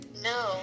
No